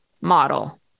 model